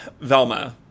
Velma